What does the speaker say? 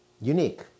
unique